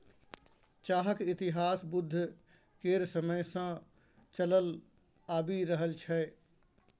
चाहक इतिहास बुद्ध केर समय सँ चलल आबि रहल छै